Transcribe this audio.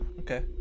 Okay